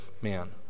man